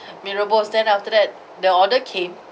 mee rebus then after that the order came